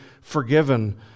forgiven